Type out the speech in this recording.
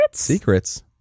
secrets